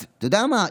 אז אתה יודע מה,